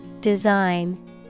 Design